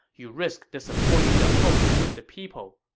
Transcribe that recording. you risk disappointing the hope of the people.